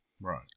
right